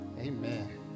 Amen